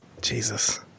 Jesus